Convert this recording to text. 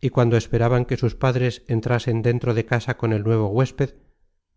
y cuando esperaban que sus padres entrasen dentro de casa con el nuevo huésped